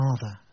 Father